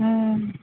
ہاں